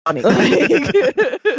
funny